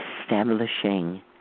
establishing